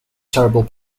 terrible